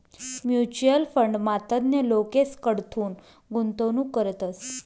mutual फंडमा तज्ञ लोकेसकडथून गुंतवणूक करतस